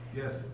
yes